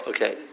Okay